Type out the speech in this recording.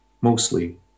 Mostly